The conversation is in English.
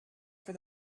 for